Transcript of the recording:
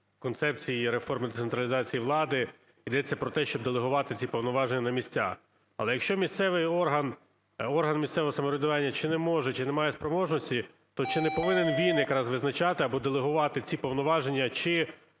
концепції реформи децентралізації влади йдеться про те, щоб делегувати ці повноваження на місця. Але, якщо місцевий орган, орган місцевого самоврядування чи не може, чи не має спроможності, то чи не повинен він якраз визначати або делегувати ці повноваженням чи